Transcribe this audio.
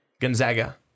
Gonzaga